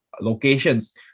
locations